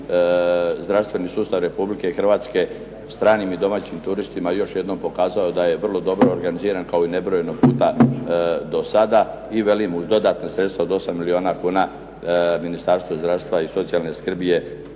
zdravstveni sustav Republike Hrvatske stranim i domaćim turistima još jednom pokazao da je vrlo dobro organiziran kao i nebrojeno puta do sada. I kažem uz dodatna sredstva od 8 milijuna kuna Ministarstvo zdravstva i socijalne skrbi je